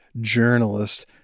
journalist